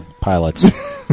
pilots